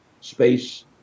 space